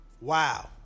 Wow